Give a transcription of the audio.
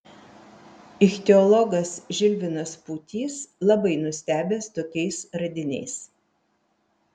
ichtiologas žilvinas pūtys labai nustebęs tokiais radiniais